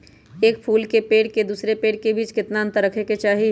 एक फुल के पेड़ के दूसरे पेड़ के बीज केतना अंतर रखके चाहि?